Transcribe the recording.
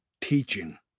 teaching